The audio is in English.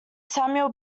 samuel